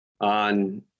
on